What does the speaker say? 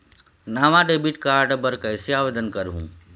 नावा debit card बर कैसे आवेदन करहूं?